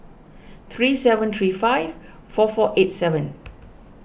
three seven three five four four eight seven